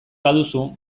baduzu